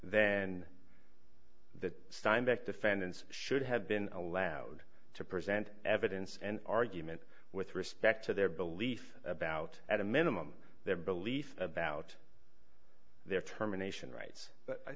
then that steinbeck defendants should have been allowed to present evidence and argument with respect to their beliefs about at a minimum their beliefs about their terminations rights